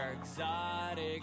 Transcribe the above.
exotic